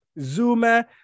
Zuma